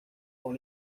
dans